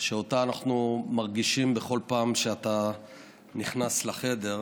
שאותה אנחנו מרגישים בכל פעם שאתה נכנס לחדר.